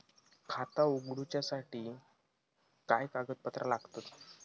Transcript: खाता उगडूच्यासाठी काय कागदपत्रा लागतत?